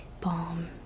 Balm